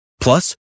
Plus